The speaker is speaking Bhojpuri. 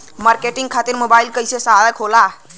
मार्केटिंग खातिर मोबाइल कइसे सहायक हो सकेला?